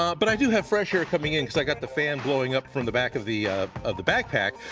um but i do have fresh air coming in because i got the fan blowing up from the back of the of the backpack,